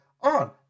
on